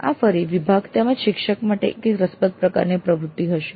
આ ફરી વિભાગ તેમજ શિક્ષક માટે એક રસપ્રદ પ્રકારની પ્રવૃત્તિ હશે